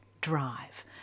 drive